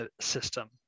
system